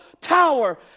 tower